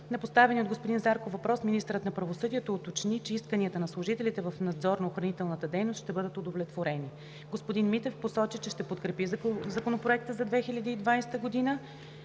На поставения от господин Зарков въпрос министърът на правосъдието уточни, че исканията на служителите в надзорно-охранителната дейност ще бъдат удовлетворени. Господин Христиан Митев посочи, че ще подкрепи Законопроекта за 2020 г.